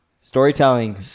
Storytelling